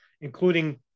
including